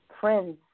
friends